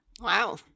Wow